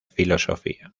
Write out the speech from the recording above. filosofía